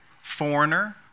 foreigner